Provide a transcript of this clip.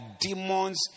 demons